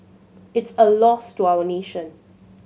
it's a loss to our nation